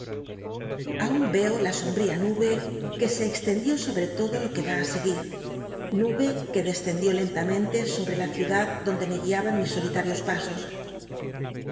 aun reo la sombría nube que se extendió sobre todo lo que ra seguir nube que descendió lentamente sobre la ciudad donde me guiaban mis solitarios pasos